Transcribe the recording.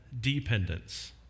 dependence